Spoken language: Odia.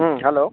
ହୁଁ ହ୍ୟାଲୋ